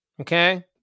okay